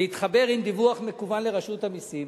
להתחבר לדיווח מקוון לרשות המסים